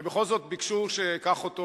ובכל זאת ביקשו שאקח אותו,